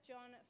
John